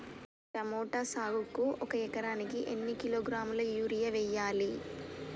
Tomato సాగుకు ఒక ఎకరానికి ఎన్ని కిలోగ్రాముల యూరియా వెయ్యాలి?